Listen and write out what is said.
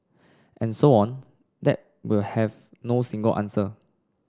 and so on that will have no single answer